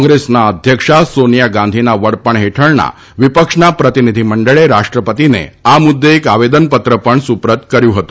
કોંગ્રેસના અધ્યક્ષા સોનિયા ગાંધીના વડપણ હેઠળના વિપક્ષના પ્રતિનિધિમંડળે રાષ્ટ્રપતિને આ મુદ્દે એક આવેદનપત્ર પણ સુપ્રત કર્યું હતું